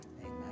Amen